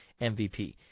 MVP